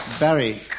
Barry